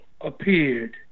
appeared